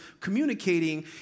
communicating